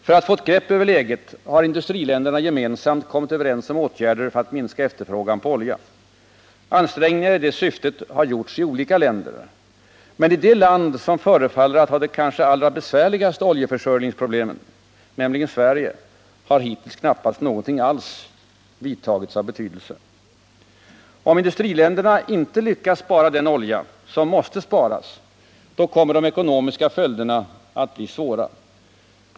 För att få ett grepp över läget har industriländerna gemensamt kommit överens om åtgärder för att minska sin efterfrågan på olja. Ansträngningar i det syftet har gjorts i olika länder. Men i det land som förefaller att ha de kanske allra besvärligaste oljeförsörjningsproblemen — nämligen Sverige — har hittills knappast någonting alls av betydelse vidtagits. Om industriländerna inte lyckas spara den olja som måste sparas kommer de ekonomiska följderna att bli svåra.